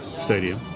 stadium